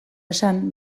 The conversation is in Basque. esan